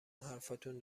حرفاتون